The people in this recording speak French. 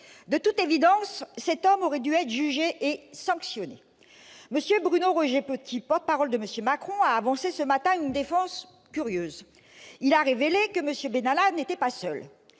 De toute évidence, cet homme aurait dû être jugé et sanctionné. M. Bruno Roger-Petit, porte-parole de M. Macron, a avancé ce matin une défense curieuse. Il a révélé que M. Benalla n'était pas seul,